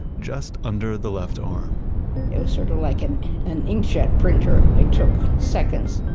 just under the left arm it was sort of like and an inkjet printer. they took seconds,